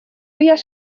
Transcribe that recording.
wyau